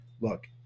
look